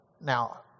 now